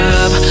up